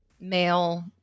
male